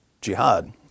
jihad